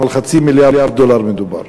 על חצי מיליארד דולר מדובר.